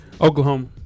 Oklahoma